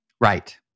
Right